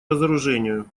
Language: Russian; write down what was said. разоружению